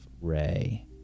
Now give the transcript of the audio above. Ray